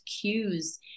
cues